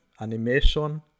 animation